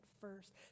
first